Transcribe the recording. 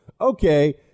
okay